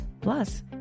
Plus